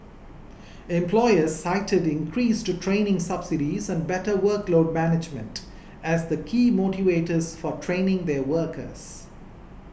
employers cited increased training subsidies and better workload management as the key motivators for training their workers